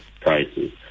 prices